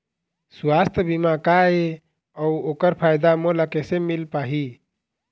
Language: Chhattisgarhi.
सुवास्थ बीमा का ए अउ ओकर फायदा मोला कैसे मिल पाही?